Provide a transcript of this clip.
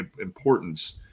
importance